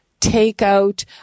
takeout